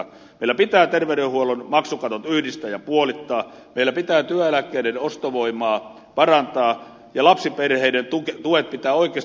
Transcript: meillä pitää terveydenhuollon maksukadot yhdistää ja puolittaa meillä pitää työeläkkeiden ostovoimaa parantaa ja lapsiperheiden tuet pitää oikeasti ottaa esille